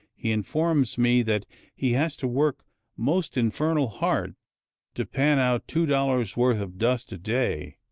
he informs me that he has to work most infernal hard to pan out two dollars' worth of dust a day.